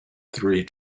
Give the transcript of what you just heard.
three